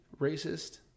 racist